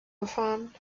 gefahren